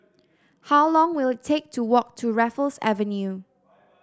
how long will it take to walk to Raffles Avenue